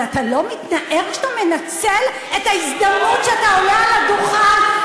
אבל אתה לא מתנער כשאתה מנצל את ההזדמנות שאתה עולה על הדוכן?